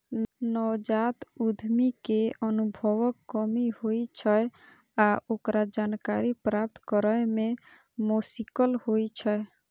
नवजात उद्यमी कें अनुभवक कमी होइ छै आ ओकरा जानकारी प्राप्त करै मे मोश्किल होइ छै